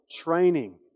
training